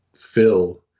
fill